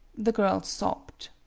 the girl sobbed.